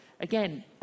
Again